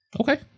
Okay